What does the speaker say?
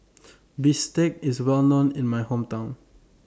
Bistake IS Well known in My Hometown